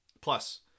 Plus